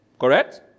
Correct